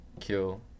kill